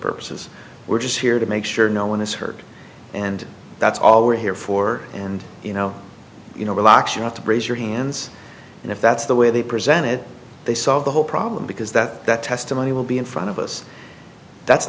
purposes we're just here to make sure no one is hurt and that's all we're here for and you know you know the locks you have to brace your hands and if that's the way they presented they solve the whole problem because that that testimony will be in front of us that's